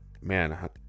man